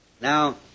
Now